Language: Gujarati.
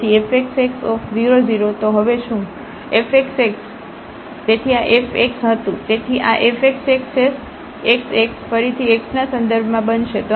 તેથી fxx00 તો હવે શું fxx તેથી આ FX હતું તેથી આ fxxફરીથી x ના સંદર્ભમાં બનશે